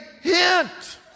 hint